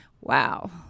wow